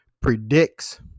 predicts